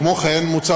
כמו כן, מוצע